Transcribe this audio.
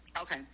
Okay